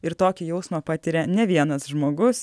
ir tokį jausmą patiria ne vienas žmogus